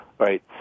Right